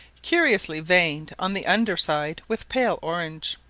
curiously veined on the under side with pale orange.